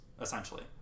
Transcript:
Essentially